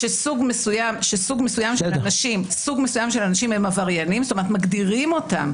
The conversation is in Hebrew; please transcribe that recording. קביעה שסוג מסוים של אנשים הם עבריינים כלומר מגדירים אותם